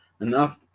enough